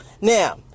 Now